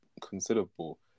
considerable